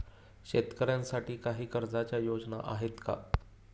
शेतकऱ्यांसाठी काही कर्जाच्या योजना आहेत का?